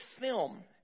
film